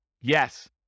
Yes